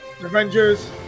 Avengers